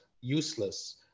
useless